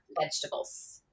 vegetables